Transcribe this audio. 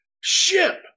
ship